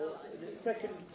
second